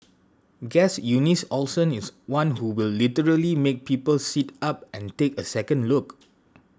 guess Eunice Olsen is one who will literally make people sit up and take a second look